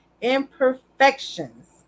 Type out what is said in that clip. imperfections